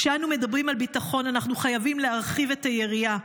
כשאנו מדברים על ביטחון אנחנו חייבים להרחיב את היריעה.